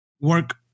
work